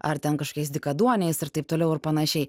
ar ten kažkokiais dykaduoniais ir taip toliau ir panašiai